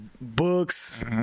Books